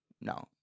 No